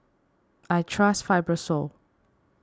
I trust Fibrosol